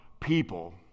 people